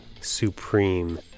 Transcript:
supreme